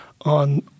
on –